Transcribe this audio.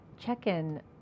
check-in